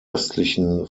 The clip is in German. östlichen